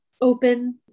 open